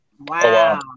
wow